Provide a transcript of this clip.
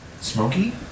smoky